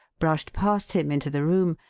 brushed past him into the room,